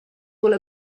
will